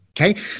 Okay